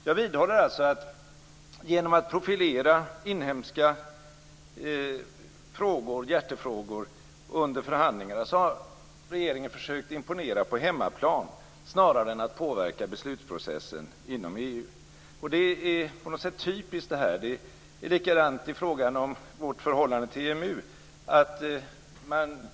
Jag vidhåller att regeringen, genom att profilera inhemska hjärtefrågor under förhandlingen, har försökt att imponera på hemmaplan snarare än att påverka beslutsprocessen inom EU. Det här är på något sätt typiskt. Det är likadant när det gäller vårt förhållande till EMU.